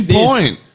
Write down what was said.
point